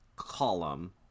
column